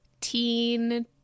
teen